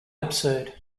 absurd